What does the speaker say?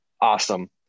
awesome